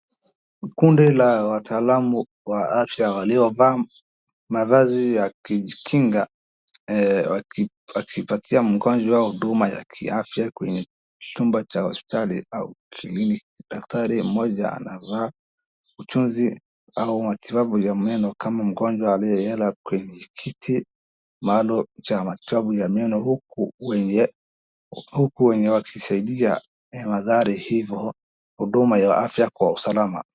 Kundi la wataalamu wa afya waliovaa mavazi ya kujikinga wakipatia mgonjwa huduma ya ki afya kwenye chumba Cha hospitali au clinic .Dakitari mmoja anavaa utunzi au matibabu ya meno kama mgonjwa aliyelala kwenye kiti maalum Cha matibabu ya meno uku wenye wakimsaidia huduma ya afya Kwa usalama.